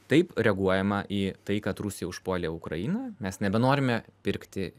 taip reaguojama į tai kad rusija užpuolė ukrainą mes nebenorime pirkti